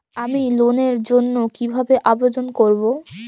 আমি লোনের জন্য কিভাবে আবেদন করব?